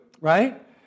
right